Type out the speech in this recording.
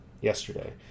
yesterday